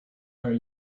are